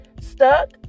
stuck